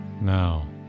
Now